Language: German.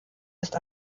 ist